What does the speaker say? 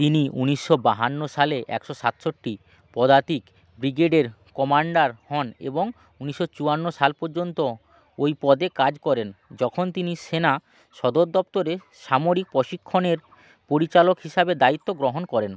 তিনি উনিশশো বাহান্ন সালে একশো সাতষট্টি পদাতিক ব্রিগেডের কমান্ডার হন এবং উনিশশো চুয়ান্ন সাল পর্যন্ত ওই পদে কাজ করেন যখন তিনি সেনা সদর দফতরে সামরিক প্রশিক্ষণের পরিচালক হিসাবে দায়িত্ব গ্রহণ করেন